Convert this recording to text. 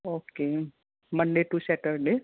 okay Monday to Saturday